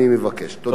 תודה.